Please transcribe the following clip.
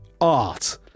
art